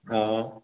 हाँ